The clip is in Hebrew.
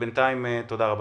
בינתיים, תודה רבה.